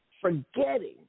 forgetting